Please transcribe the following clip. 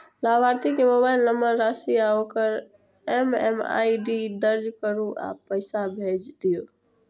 लाभार्थी के mobile number, राशि आ ओकर एम.एम.आई.डी दर्ज करू आ पैसा भेज दियौ